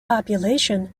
population